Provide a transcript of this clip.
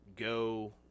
Go